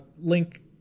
link